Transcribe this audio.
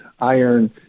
iron